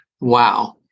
wow